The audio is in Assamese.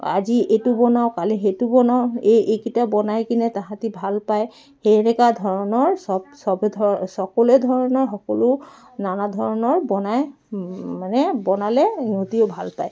আজি এইটো বনাওঁ কালি সেইটো বনাওঁ এই এইকেইটা বনাই কিনে তাহাঁতে ভাল পায় তেনেকৈ ধৰণৰ চব চবে ধ সকলোৱে ধৰণৰ সকলো নানা ধৰণৰ বনাই মানে বনালে ইহঁতেও ভাল পায়